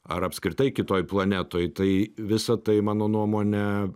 ar apskritai kitoj planetoj tai visa tai mano nuomone